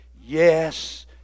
yes